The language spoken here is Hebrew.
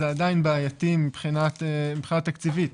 זה עדיין בעייתי מבחינה תקציבית,